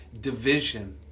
division